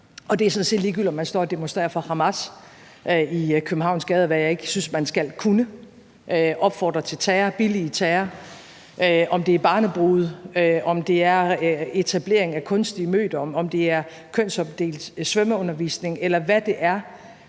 set ligegyldigt, om man står og demonstrerer for Hamas i Københavns gader, hvad jeg ikke synes man skal kunne, opfordrer til terror og billiger terror, om det er barnebrude, om det er etablering af kunstig mødom, om det er kønsopdelt svømmeundervisning, eller hvad det er,